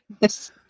yes